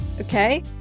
okay